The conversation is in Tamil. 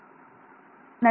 மாணவர் நன்று